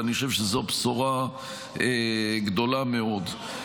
ואני חושב שזו בשורה גדולה מאוד.